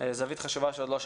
שלום,